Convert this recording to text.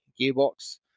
gearbox